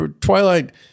twilight